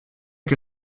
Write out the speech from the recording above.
que